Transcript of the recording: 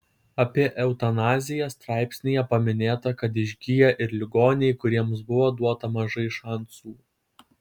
apie eutanaziją straipsnyje paminėta kad išgyja ir ligoniai kuriems buvo duota mažai šansų